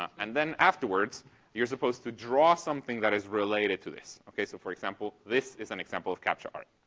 and then afterwards you're supposed to draw something that is related to this. okay? so, for example, this is an example of captcha art.